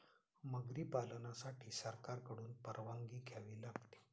मगरी पालनासाठी सरकारकडून परवानगी घ्यावी लागते